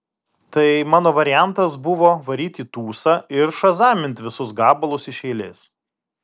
tai mano variantas buvo varyt į tūsą ir šazamint visus gabalus iš eilės